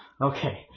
okay